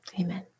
Amen